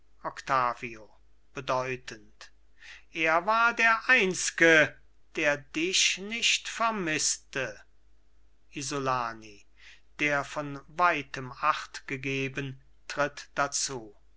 bedeutend er war der einzge der dich nicht vermißte isolani der von weitem achtgegeben tritt dazu